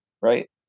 right